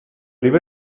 river